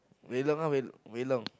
very long ah very long